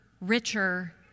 richer